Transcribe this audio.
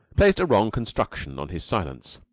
placed a wrong construction on his silence.